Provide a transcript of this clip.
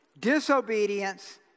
Disobedience